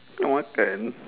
now what ten